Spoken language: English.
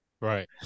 right